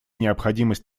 необходимость